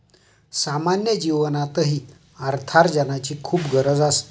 सामान्य जीवनातही अर्थार्जनाची खूप गरज असते